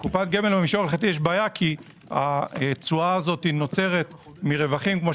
יש בעיה כי התשואה הזו נוצרת מרווחים.